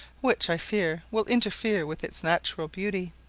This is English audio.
which, i fear, will interfere with its natural beauty.